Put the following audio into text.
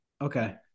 Okay